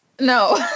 No